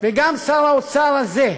וגם שר האוצר הזה,